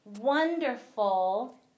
wonderful